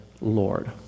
Lord